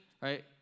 right